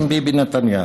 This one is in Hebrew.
עם ביבי נתניהו.